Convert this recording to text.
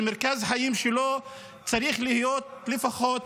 מרכז החיים שלו צריך להיות לפחות